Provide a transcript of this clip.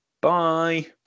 Bye